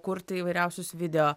kurti įvairiausius video